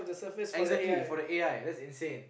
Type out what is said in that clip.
exactly for the A_I that's insane